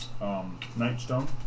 Nightstone